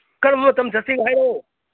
ꯀꯔꯝꯕ ꯃꯇꯝ ꯆꯠꯁꯤꯒꯦ ꯍꯥꯏꯔꯛꯑꯣ